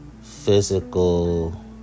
physical